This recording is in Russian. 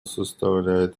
составляет